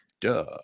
duh